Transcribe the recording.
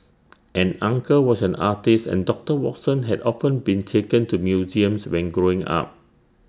an uncle was an artist and doctor Watson had often been taken to museums when growing up